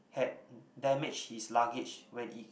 had damage his luggage when it